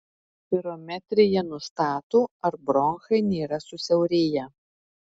spirometrija nustato ar bronchai nėra susiaurėję